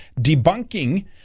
debunking